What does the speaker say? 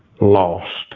lost